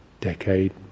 decade